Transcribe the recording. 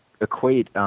equate